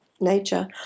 nature